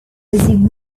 received